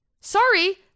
sorry